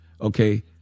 okay